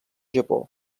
japó